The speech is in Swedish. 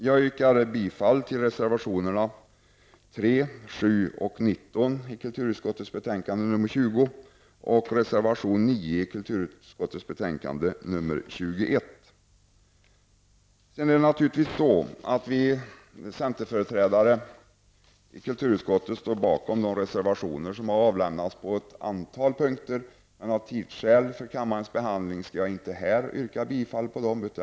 Jag yrkar bifall till reservationerna 3, De centerpartister som sitter i kulturutskottet står naturligtvis bakom reservationer på ett antal punkter, men med hänsyn till kammarens tidsbrist skall jag inte yrka bifall till dem.